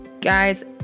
guys